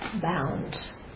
bounds